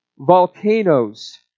Volcanoes